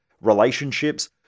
relationships